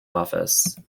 office